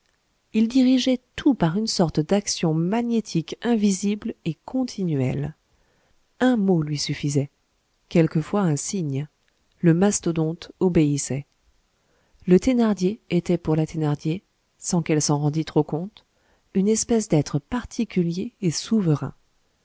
il dirigeait tout par une sorte d'action magnétique invisible et continuelle un mot lui suffisait quelquefois un signe le mastodonte obéissait le thénardier était pour la thénardier sans qu'elle s'en rendit trop compte une espèce d'être particulier et souverain